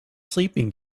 sleeping